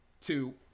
two